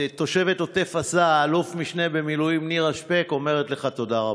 תושבת עוטף עזה אלוף משנה במילואים נירה שפק אומרת לך תודה רבה.